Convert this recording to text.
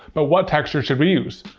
but, what texture should we use?